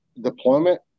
deployment